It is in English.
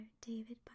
David